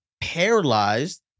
paralyzed